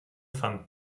fand